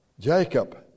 Jacob